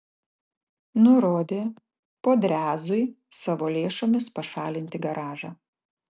nurodė podrezui savo lėšomis pašalinti garažą